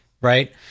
right